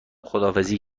خداحافظی